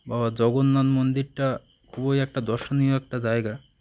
বাবা জগন্নাথ মন্দিরটা খুবই একটা দর্শনীয় একটা জায়গা